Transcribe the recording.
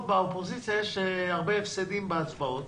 באופוזיציה יש הרבה הפסדים בהצבעות